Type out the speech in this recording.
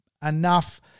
enough